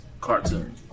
cartoon